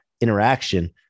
interaction